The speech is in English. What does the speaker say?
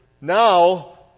now